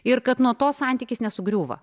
ir kad nuo to santykis nesugriūva